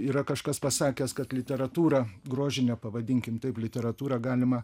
yra kažkas pasakęs kad literatūrą grožinę pavadinkime taip literatūrą galima